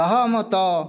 ସହମତ